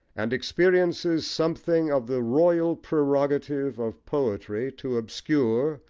and experiences something of the royal prerogative of poetry to obscure,